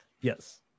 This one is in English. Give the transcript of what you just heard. Yes